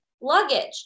luggage